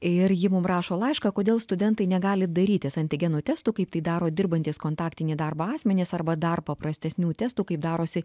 ir ji mum rašo laišką kodėl studentai negali darytis antigenų testų kaip tai daro dirbantys kontaktinį darbą asmenys arba dar paprastesnių testų kaip darosi